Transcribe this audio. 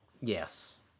Yes